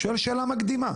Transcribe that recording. אני שואל שאלה מקדימה,